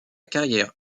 carrière